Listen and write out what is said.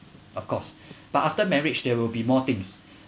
of course but after marriage there will be more things